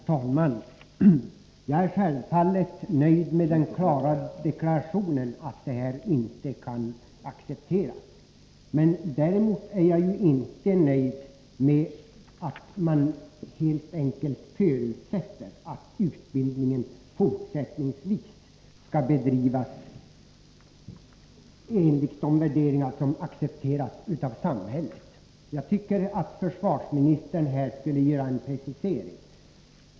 Herr talman! Jag är självfallet nöjd med den klara deklarationen att det inträffade inte kan accepteras. Däremot är jag inte nöjd med att försvarsministern bara helt enkelt förutsätter att utbildningen fortsättningsvis skall bedrivas enligt de värderingar som accepteras av samhället. Jag tycker att försvarsministern här borde göra en precisering.